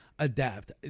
adapt